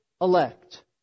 elect